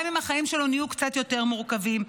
גם אם החיים שלו נהיו קצת יותר מורכבים,